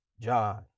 John